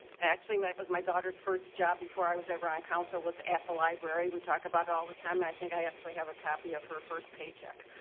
actually. mike was my daughter's first job before i was ever on council, was at the library. we talk about it all the time and i think i actually have a copy of her first paycheck.